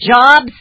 jobs